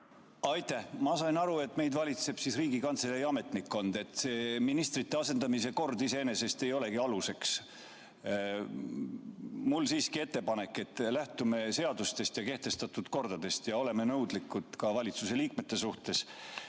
Aitäh! Ma sain aru, et meid valitseb Riigikantselei ametnikkond, et see ministrite asendamise kord iseenesest ei olegi aluseks. Mul on siiski ettepanek: lähtume seadustest ja kehtestatud kordadest ja oleme nõudlikud ka valitsuse liikmete suhtes.